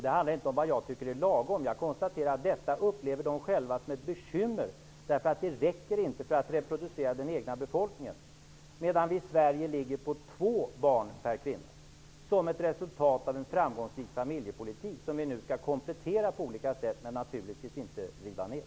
Det handlar inte om vad jag tycker är lagom. Jag konstaterar att de själva upplever detta som ett bekymmer, eftersom det inte räcker för att reproducera den egna befolkningen. I Sverige har vi däremot ett genomsnittligt födelsetal på 2 barn per kvinna, och detta är ett resultat av en framgångsrik familjepolitik, som vi nu skall komplettera på olika sätt men naturligtvis inte riva ner.